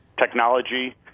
technology